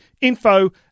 info